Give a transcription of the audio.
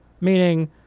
meaning